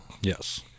Yes